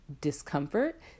discomfort